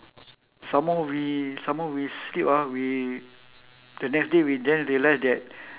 some more we some more we sleep ah we the next day we then realised that